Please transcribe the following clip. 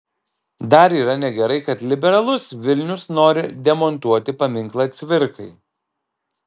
dar yra negerai kad liberalus vilnius nori demontuoti paminklą cvirkai